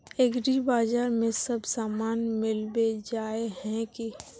एग्रीबाजार में सब सामान मिलबे जाय है की?